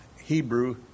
Hebrew